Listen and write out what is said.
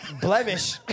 Blemish